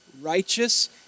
righteous